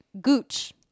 gooch